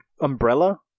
umbrella